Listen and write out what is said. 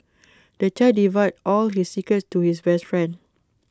the child divulged all his secrets to his best friend